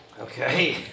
Okay